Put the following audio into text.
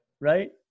Right